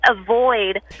avoid